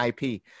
IP